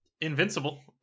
invincible